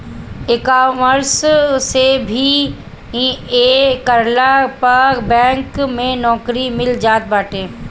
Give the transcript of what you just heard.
ecommerce से B A करला पअ बैंक में नोकरी मिल जात बाटे